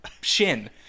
shin